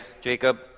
Jacob